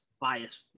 biased